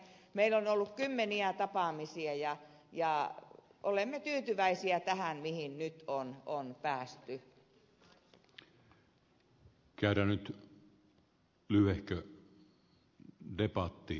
meillä on ollut kymmeniä tapaamisia ja olemme tyytyväisiä tähän mihin nyt on päästy